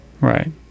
Right